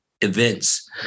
events